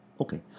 Okay